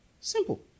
Simple